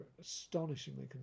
astonishingly